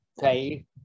pay